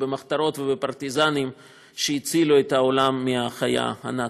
במחתרות ובפרטיזנים שהצילו את העולם מהחיה הנאצית.